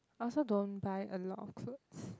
I also don't buy a lot of clothes